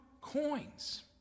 coins